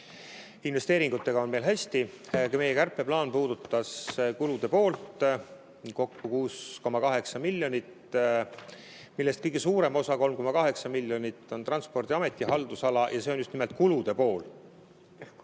Investeeringutega on meil hästi. Meie kärpeplaan puudutas kulude poolt kokku 6,8 miljonit, millest kõige suurem osa, 3,8 miljonit, on Transpordiameti haldusala. Ja see on just nimelt kulude pool.